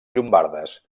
llombardes